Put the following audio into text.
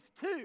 two